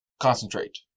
concentrate